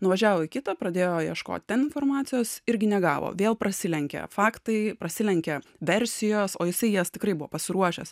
nuvažiavo į kitą pradėjo ieškot ten informacijos irgi negavo vėl prasilenkia faktai prasilenkia versijos o jisai jas tikrai buvo pasiruošęs